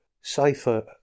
Safer